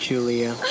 julia